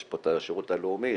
יש את השירות הלאומי,